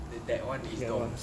that that [one] is dorms